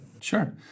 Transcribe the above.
Sure